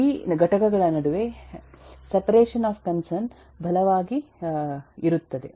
ಈ ಘಟಕಗಳ ನಡುವೆ ಕಾಳಜಿಯನ್ನು ಬಲವಾಗಿ ಬೇರ್ಪಡಿಸುವುದು ಇರುತ್ತದೆ